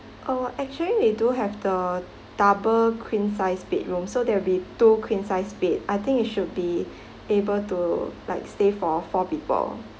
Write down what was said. uh actually we do have the double queen sized bedroom so there will be two queen sized bed I think it should be able to like stay for four people